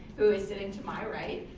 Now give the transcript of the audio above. who is sitting to my right,